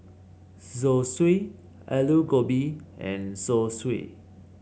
Zosui Alu Gobi and Zosui